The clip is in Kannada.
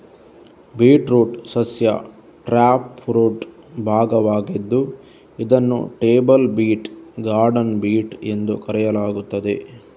ಬೀಟ್ರೂಟ್ ಸಸ್ಯ ಟ್ಯಾಪ್ರೂಟ್ ಭಾಗವಾಗಿದ್ದು ಇದನ್ನು ಟೇಬಲ್ ಬೀಟ್, ಗಾರ್ಡನ್ ಬೀಟ್ ಎಂದು ಕರೆಯಲಾಗುತ್ತದೆ